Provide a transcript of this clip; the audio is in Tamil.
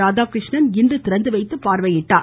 ராதாகிருஷ்ணன் இன்று திறந்துவைத்து பார்வையிட்டார்